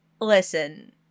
Listen